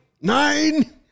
Nine